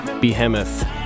behemoth